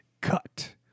cut